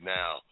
now